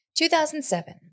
2007